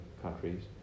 countries